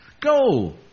go